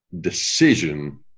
decision